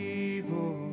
evil